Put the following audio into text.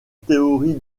théorie